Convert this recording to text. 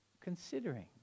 considering